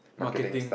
marketing